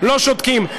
שותקים.